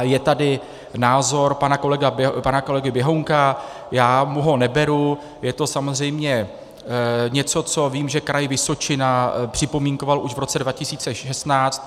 Je tady názor pana kolegy Běhounka, já mu ho neberu, je to samozřejmě něco, co vím, že Kraj Vysočina připomínkoval už v roce 2016.